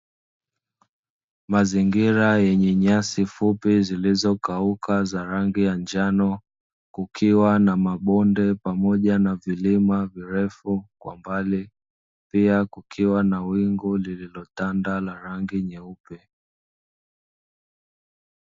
Mazingira yenye nyasi fupi zilizokauka za rangi ya njano kukiwa na mabonde pamoja na vilima virefu kwa mbali. Pia, kukiwa na wingu lililotanda la rangi nyeupe.